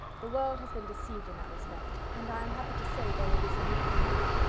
the world has been deceived in that respect and i am happy to say there will be some little money,